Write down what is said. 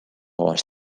les